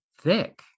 thick